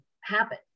happen